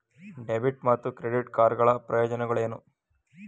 Debit ಮತ್ತು credit card ಗಳ ಪ್ರಯೋಜನಗಳೇನು?